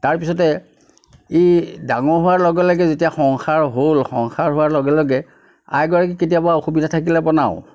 তাৰপিছতে এই ডাঙৰ হোৱাৰ লগে লগে যেতিয়া সংসাৰ হ'ল সংসাৰ হোৱাৰ লগে লগে আইগৰাকী কেতিয়াবা অসুবিধাত থাকিলে বনাওঁঁ